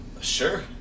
Sure